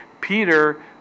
Peter